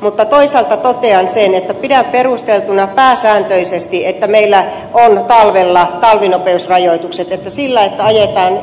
mutta toisaalta totean sen että pidän pääsääntöisesti perusteltuna että meillä on talvella talvinopeusrajoitukset että sillä että ajetaan